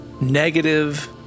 negative